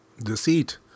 deceit